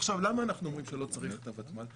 עכשיו, למה אנחנו אומרים שלא צריך את הוותמ"ל?